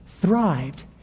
thrived